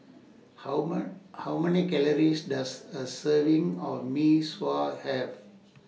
How How Many Calories Does A Serving of Mee Sua Have